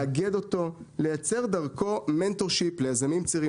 לאגד אותו, לייצר דרכו Mentorship ליזמים צעירים.